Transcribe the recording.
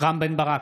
רם בן ברק,